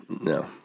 No